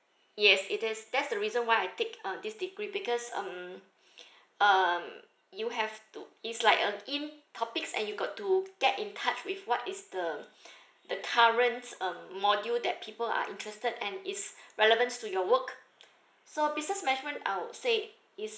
yes it is that's the reason why I take uh this degree because um um you have to it's like a in topics and you got to get in touch with what is the the current um module that people are interested and it's relevant to your work so business management I would say it's